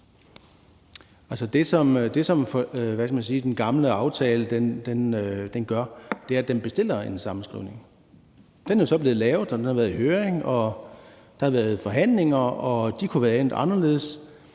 det, som den gamle aftale gør, er, at den bestiller en sammenskrivning. Den er så blevet lavet, og den har været i høring, og der har været forhandlinger, og de kunne være endt anderledes.